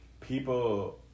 people